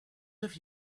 have